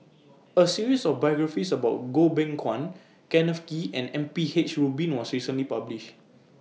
A series of biographies about Goh Beng Kwan Kenneth Kee and M P H Rubin was recently published